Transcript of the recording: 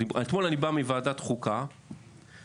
אני בא מוועדת חוקה,